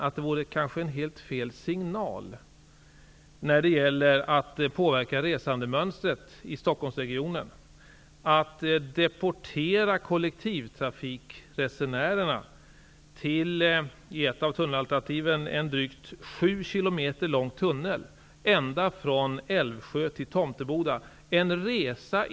Han säger att det kanske vore helt fel signal när det gäller att påverka resandemönstret i Stockholmsregionen, att deportera kollektivtrafikresenärerna till -- som i ett av tunnelalternativen -- en drygt 7 km lång tunnel, som sträcker sig ända från Älvsjö till Tomteboda.